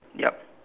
yup